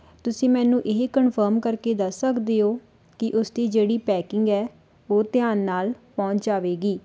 ਤੁਸੀਂ ਮੈਨੂੰ ਇਹ ਕਨਫਰਮ ਕਰਕੇ ਦੱਸ ਸਕਦੇ ਹੋ ਕਿ ਉਸਦੀ ਜਿਹੜੀ ਪੈਕਿੰਗ ਹੈ ਉਹ ਧਿਆਨ ਨਾਲ ਪਹੁੰਚ ਜਾਵੇਗੀ